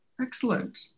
Excellent